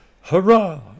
Hurrah